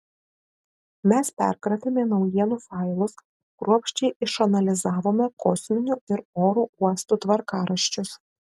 mes perkratėme naujienų failus kruopščiai išanalizavome kosminių ir oro uostų tvarkaraščius